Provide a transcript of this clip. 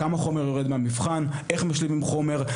כמה חומר יורד מהמבחן, איך משלימים חומר,